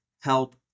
help